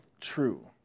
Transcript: true